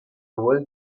walt